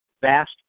vast